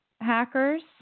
Hackers